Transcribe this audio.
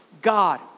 God